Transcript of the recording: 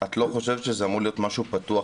את לא חושבת שזה אמור להיות משהו פתוח